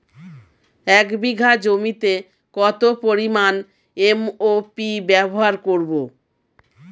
এক বিঘা জমিতে কত পরিমান এম.ও.পি ব্যবহার করব?